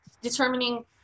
Determining